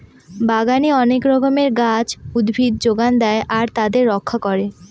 বাগানে অনেক রকমের গাছ, উদ্ভিদ যোগান দেয় আর তাদের রক্ষা করে